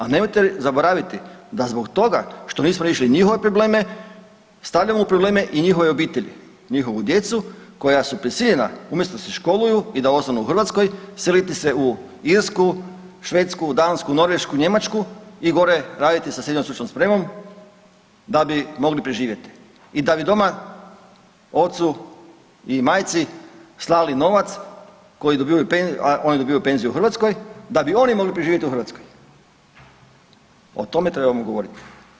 A nemojte zaboraviti da zbog toga što nismo riješili njihove probleme stavljamo u probleme i njihove obitelji, njihovu djecu koja su prisiljena umjesto da se školuju i da ostanu u Hrvatsku seliti se u Irsku, Švedsku, Dansku, Norvešku, Njemačku i gore raditi sa SSS da bi mogli preživjeti i da bi doma ocu i majci slali novac, a oni dobivaju penziju u Hrvatskoj da bi oni mogli preživjeti u Hrvatskoj, o tome trebamo govoriti.